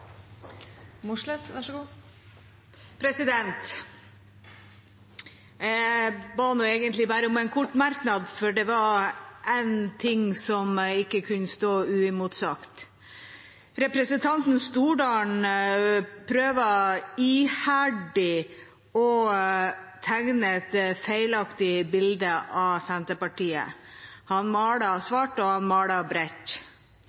ba egentlig bare om en kort merknad, for det var én ting som ikke kunne stå uimotsagt. Representanten Stordalen prøver iherdig å tegne et feilaktig bilde av Senterpartiet. Han